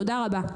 תודה רבה.